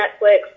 Netflix